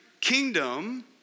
Kingdom